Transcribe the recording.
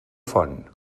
font